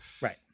right